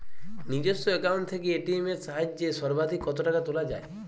নিজস্ব অ্যাকাউন্ট থেকে এ.টি.এম এর সাহায্যে সর্বাধিক কতো টাকা তোলা যায়?